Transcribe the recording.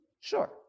Sure